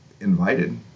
invited